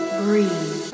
breathe